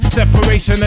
separation